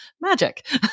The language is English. magic